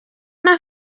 anar